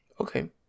Okay